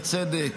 בצדק,